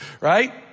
right